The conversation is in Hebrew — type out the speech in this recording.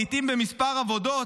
לעיתים במספר עבודות.